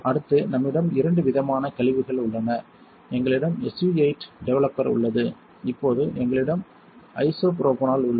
அடுத்து நம்மிடம் இரண்டு விதமான கழிவுகள் உள்ளன எங்களிடம் SU 8 டெவலப்பர் உள்ளது இப்போது எங்களிடம் ஐசோப்ரோபனோல் உள்ளது